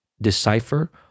decipher